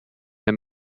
her